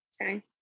Okay